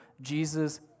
Jesus